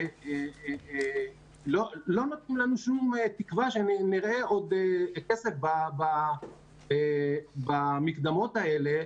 לא נתנו לנו שום תקווה שנראה עוד כסף במקדמות האלה.